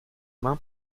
mains